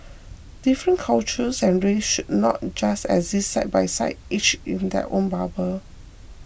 different cultures and races should not just exist side by side each in their own bubble